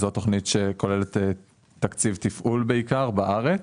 זאת תוכנית שכוללת תקציב תפעול בעיקר בארץ.